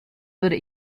würde